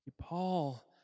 Paul